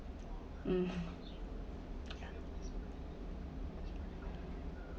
um